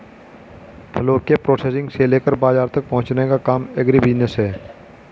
फलों के प्रोसेसिंग से लेकर बाजार तक पहुंचने का काम एग्रीबिजनेस है